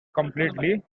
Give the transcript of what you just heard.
completely